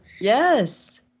Yes